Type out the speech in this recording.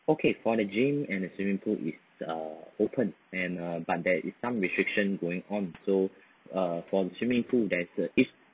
okay for the gym and the swimming pool is uh open and uh but there is some restriction going on so uh for the swimming pool there is a is